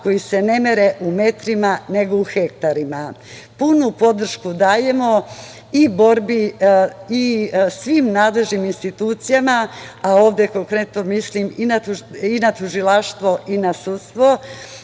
koji se ne mere u metrima, nego u hektarima. Punu podršku dajemo borbi svim nadležnim institucijama, a ovde konkretno mislim i na tužilaštvo i na sudstvo,